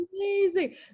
Amazing